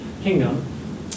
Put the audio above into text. kingdom